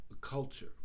culture